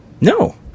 No